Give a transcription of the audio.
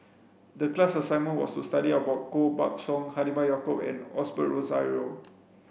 the class assignment was to study about Koh Buck Song Halimah Yacob and Osbert Rozario